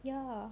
ya